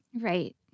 Right